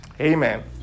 Amen